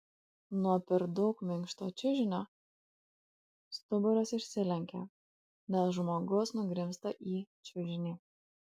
nuo per daug minkšto čiužinio stuburas išsilenkia nes žmogus nugrimzta į čiužinį